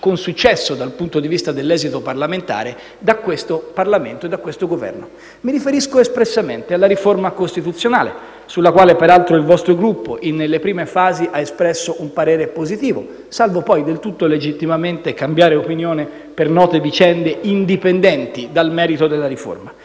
con successo dal punto di vista dell'esito parlamentare, da questo Parlamento e da questo Governo. Mi riferisco espressamente alla riforma costituzionale, sulla quale, peraltro, il vostro Gruppo, nelle prime fasi, ha espresso un parere positivo, salvo poi - del tutto legittimamente - cambiare opinione per note vicende indipendenti dal merito della riforma.